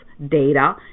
Data